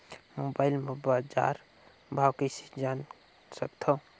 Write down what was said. Mobile म बजार भाव कइसे जान सकथव?